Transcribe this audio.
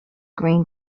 green